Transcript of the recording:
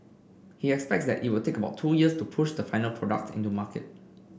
he expects that it will take about two years to push the final product into market